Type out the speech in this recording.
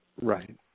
Right